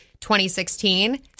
2016